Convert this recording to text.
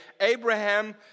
Abraham